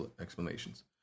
explanations